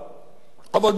אבל באותו מאמר,